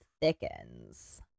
thickens